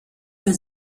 für